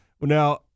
Now